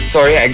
Sorry